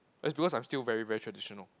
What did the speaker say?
is because I'm still very very traditional